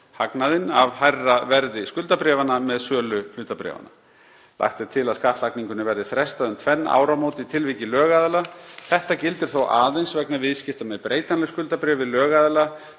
hagnaðinn af hærra verði skuldabréfanna með sölu hlutabréfanna. Lagt er til að skattlagningunni verði frestað um tvenn áramót í tilviki lögaðila. Þetta gildir þó aðeins vegna viðskipta með breytanleg skuldabréf við lögaðila